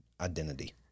identity